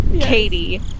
Katie